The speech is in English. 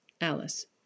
Alice